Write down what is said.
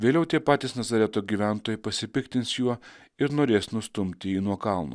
vėliau tie patys nazareto gyventojai pasipiktins juo ir norės nustumti jį nuo kalno